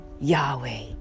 Yahweh